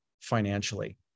financially